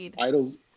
Idols